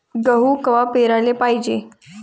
गहू कवा पेराले पायजे?